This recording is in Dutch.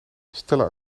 stella